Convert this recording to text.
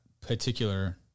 particular